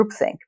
groupthink